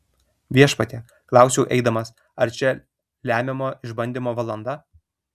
viešpatie klausiau eidamas ar čia lemiamo išbandymo valanda